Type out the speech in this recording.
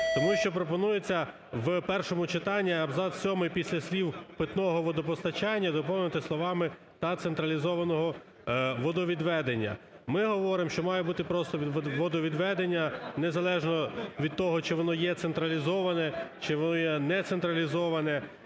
Тому що пропонується в першому читанні абзац сьомий після слів "питного водопостачання" доповнити словами "та централізованого водовідведення". Ми говоримо, що має бути просто "водовідведення", незалежно від того, чи воно є централізовано, чи воно є не централізоване,